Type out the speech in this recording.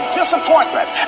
disappointment